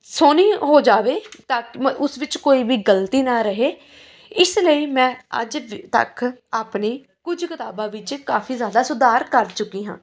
ਸੋਹਣੀ ਹੋ ਜਾਵੇ ਤਾਂ ਉਸ ਵਿੱਚ ਕੋਈ ਵੀ ਗਲਤੀ ਨਾ ਰਹੇ ਇਸ ਲਈ ਮੈਂ ਅੱਜ ਵ ਤੱਕ ਆਪਣੇ ਕੁਝ ਕਿਤਾਬਾਂ ਵਿੱਚ ਕਾਫ਼ੀ ਜ਼ਿਆਦਾ ਸੁਧਾਰ ਕਰ ਚੁੱਕੀ ਹਾਂ